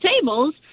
tables